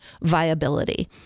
viability